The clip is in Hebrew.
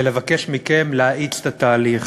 זה לבקש מכם להאיץ את התהליך,